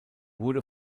wurde